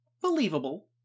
believable